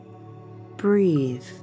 Breathe